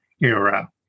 era